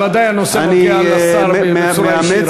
אף-על-פי שבוודאי הנושא נוגע לשר בצורה ישירה.